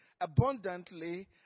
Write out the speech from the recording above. abundantly